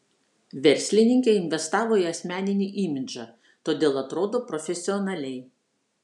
verslininkė investavo į asmeninį imidžą todėl atrodo profesionaliai